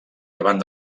davant